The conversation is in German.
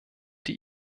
die